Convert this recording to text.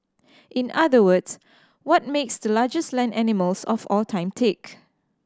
in other words what makes the largest land animals of all time tick